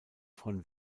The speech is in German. von